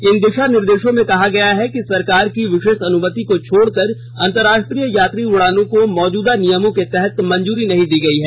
इन दिशा निर्देशों में कहा गया है कि सरकार की विशेष अनुमति को छोड़कर अंतरराष्ट्रीय यात्री उड़ानों को मौजूदा नियमों के तहत मंजूरी नहीं दी गई है